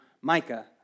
Micah